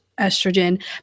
estrogen